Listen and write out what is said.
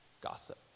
Gossip